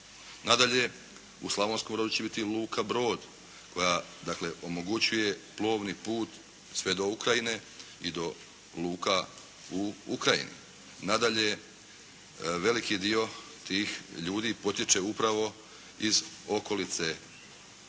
Nadalje u Slavonskom Brodu će biti i Luka Brod koja dakle omogućuje plovni put sve do Ukrajine i do luka u Ukrajini. Nadalje veliki dio tih ljudi potječe upravo iz okolice